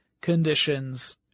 conditions